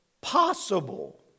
possible